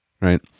right